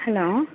hello